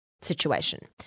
situation